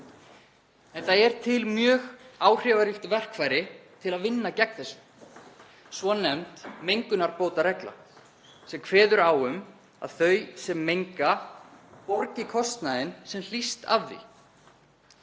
En það er til mjög áhrifaríkt verkfæri til að vinna gegn þessu, svonefnd mengunarbótaregla sem kveður á um að þau sem menga borgi kostnaðinn sem hlýst af því.